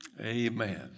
amen